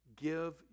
give